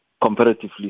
comparatively